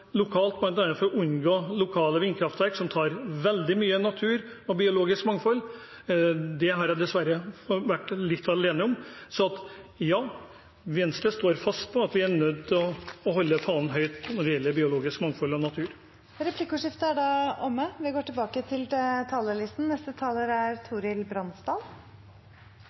lokalt bl.a. for å unngå lokale vindkraftverk, som tar veldig mye natur og biologisk mangfold. Det har jeg dessverre vært litt alene om. Så ja, Venstre står fast på at vi er nødt til å holde fanen høyt når det gjelder biologisk mangfold og natur. Replikkordskiftet er omme. Det stunder mot valg, og det påvirker tonen i denne salen. Det er